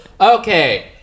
Okay